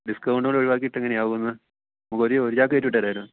ഡിസ്കൗണ്ടുകൂടെ ഒഴിവാക്കിയിട്ട് എങ്ങനെയാവുമെന്ന് നമുക്ക് ഒരു ഒരു ചാക്ക് കയറ്റിവിട്ടേരേര്